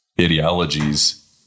ideologies